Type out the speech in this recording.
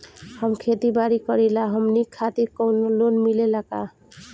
हम खेती बारी करिला हमनि खातिर कउनो लोन मिले ला का?